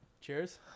Cheers